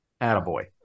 Attaboy